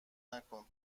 نکن